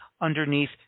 underneath